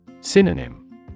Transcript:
Synonym